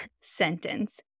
sentence